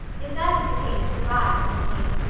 if that is the case, good-bye, said kate.